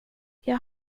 jag